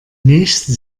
nächste